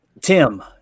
tim